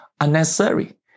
unnecessary